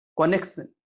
connection